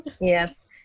Yes